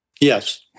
Yes